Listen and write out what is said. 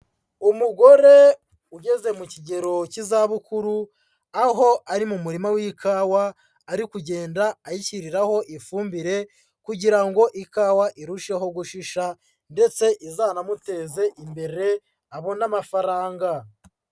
Umugore ugeze mu kigero cy'izabukuru, aho ari mu murima w'ikawa ari kugenda ayishyiriraho ifumbire kugira ngo ikawa irusheho guhisha ndetse izanamuteze imbere abone amafaranga.